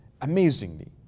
amazingly